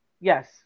Yes